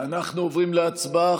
אנחנו עוברים להצבעה.